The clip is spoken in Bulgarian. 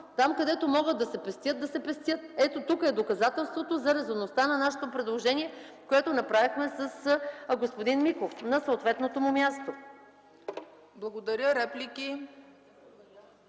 Там, където могат да се пестят средства – да се пестят! Ето тук е доказателството за резонността на нашето предложение, което направихме с господин Миков на съответното му място. ПРЕДСЕДАТЕЛ